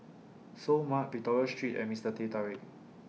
Seoul Mart Victoria Street and Mister Teh Tarik